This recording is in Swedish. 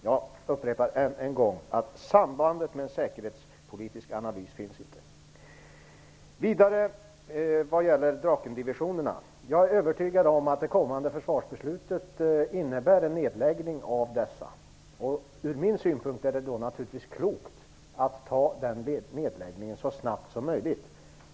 Jag upprepar att något samband med en säkerhetspolitisk analys inte finns. Vad vidare gäller Drakendivisionerna är jag övertygad om att det kommande försvarsbeslutet kommer att innebära en nedläggning av dessa. Enligt min uppfattning är det då klokt att göra den nedläggningen så snabbt som möjligt.